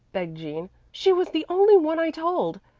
begged jean. she was the only one i told.